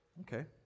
Okay